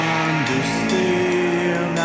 understand